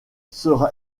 sera